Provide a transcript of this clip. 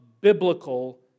biblical